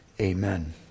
Amen